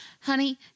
Honey